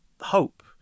hope